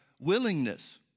willingness